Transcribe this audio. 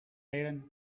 iron